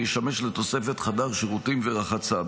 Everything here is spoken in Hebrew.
ותשמש לתוספת חדר שירותים ורחצה.